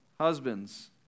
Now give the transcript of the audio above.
Husbands